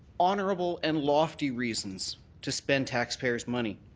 honourable and lofty reasons, to spend taxpayers' money.